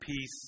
peace